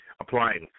applying